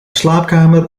slaapkamer